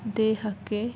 ದೇಹಕ್ಕೆ